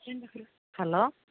hello